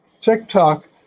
TikTok